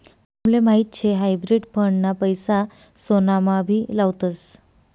तुमले माहीत शे हायब्रिड फंड ना पैसा सोनामा भी लावतस